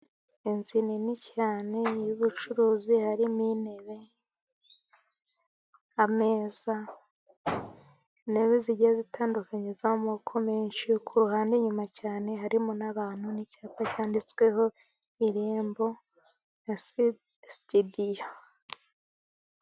Inzu nini cyane iy'ubucuruzi hari mo intebe, ameza, intebe zigiye zitandukanye z'amoko menshi, ku ruhande inyuma cyane harimo n'abantu n'icyapa, cyanditsweho irembo na sitidiyo.